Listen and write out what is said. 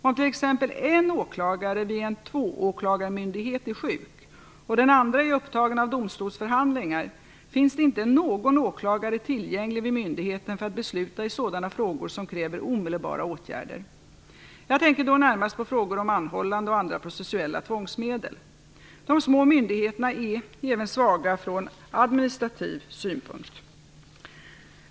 Om t.ex. en åklagare vid en tvååklagarmyndighet är sjuk och den andra är upptagen av domstolsförhandlingar finns det inte någon åklagare tillgänglig vid myndigheten för att besluta i sådana frågor som kräver omedelbara åtgärder. Jag tänker då närmast på frågor om anhållande och andra processuella tvångsmedel. De små myndigheterna är även svaga från administrativ synpunkt.